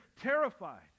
terrified